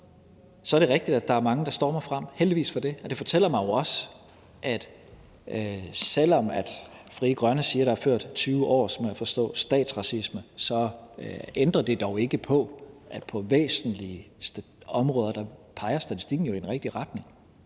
Så er det rigtigt, at der er mange, der stormer frem, og heldigvis for det. Det fortæller mig jo også, at selv om Frie Grønne siger, at der er ført en politik med 20 års, må jeg forstå, statsracisme, så ændrer det dog ikke på, at på væsentlige områder peger statistikken jo i den rigtige retning.